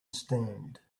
stand